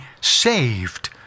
saved